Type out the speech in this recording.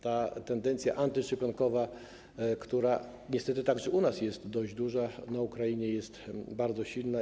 Tendencja antyszczepionkowa, która niestety także u nas jest dość duża, na Ukrainie jest bardzo silna.